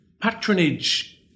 Patronage